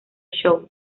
show